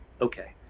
okay